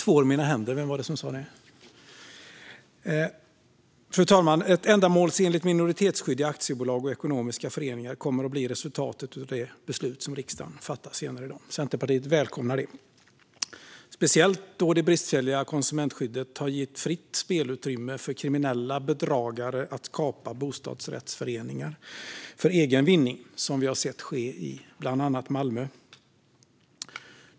Fru talman! Ett ändamålsenligt minoritetsskydd i aktiebolag och ekonomiska föreningar kommer att bli resultatet av det beslut som riksdagen fattar senare i dag. Centerpartiet välkomnar det, speciellt då det bristfälliga konsumentskyddet har gett fritt spelutrymme för kriminella bedragare att kapa bostadsrättsföreningar för egen vinning, något vi har sett ske i bland annat Malmö.